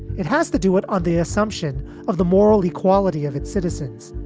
it has to do it on the assumption of the moral equality of its citizens.